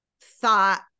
thought